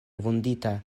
vundita